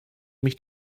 mich